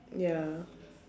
ya